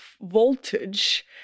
voltage